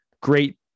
great